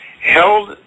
held